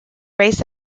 raised